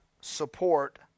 support